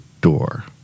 door